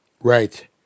Right